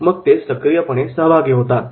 आणि मग ते सक्रियपणे सहभागी होतात